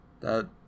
That-